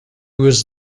was